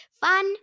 Fun